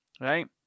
right